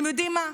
אתם יודעים מה,